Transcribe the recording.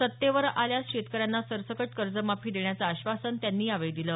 सत्तेवर आल्यास शेतकऱ्यांना सरसकट कर्जमाफी देण्याचं आश्वासन त्यांनी यावेळी बोलतांना दिली